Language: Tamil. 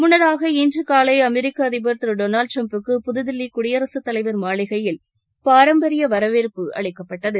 முன்னதாக இன்று ஊலை அமெரிக்க அதிபர் திரு டொனால்டு ட்ரம்புக்கு புதுதில்லி குடியரசுத் தலைவர் மாளிகையில் பாரம்பரிய வரவேற்பு அளிக்கப்பட்டது